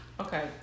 Okay